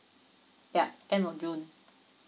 yup end of june